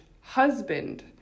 husband